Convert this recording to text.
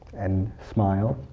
and smile,